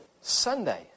Sunday